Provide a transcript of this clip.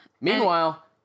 Meanwhile